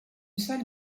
salle